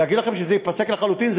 להגיד לכם שזה ייפסק לחלוטין?